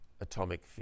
atomic